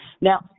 now